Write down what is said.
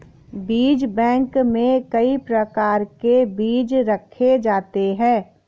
बीज बैंक में कई प्रकार के बीज रखे जाते हैं